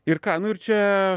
ir ką nu ir čia